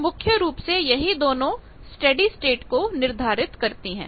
तो मुख्य रूप से यही दोनों स्टेडी स्टेट को निर्धारित करती हैं